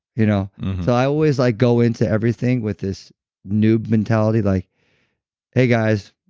you know i always like go into everything with this new mentality, like hey, guys,